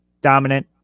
dominant